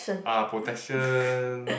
uh protection